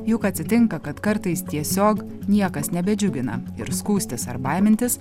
juk atsitinka kad kartais tiesiog niekas nebedžiugina ir skųstis ar baimintis